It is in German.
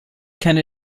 kenne